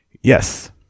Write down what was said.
Yes